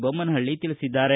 ಬೊಮ್ಮನಹಳ್ಳಿ ತಿಳಿಸಿದ್ದಾರೆ